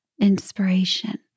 inspiration